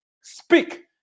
speak